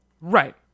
Right